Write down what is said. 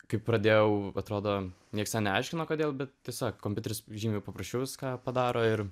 kai pradėjau atrodo nieks ten neaiškino kodėl bet tiesiog kompiuteris žymiai paprasčiau viską padaro ir